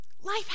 Life